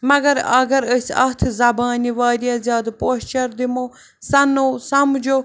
مگر اگر أسۍ اَتھ زَبانہِ واریاہ زیادٕ پوچھر دِمو سَنو سَمجھو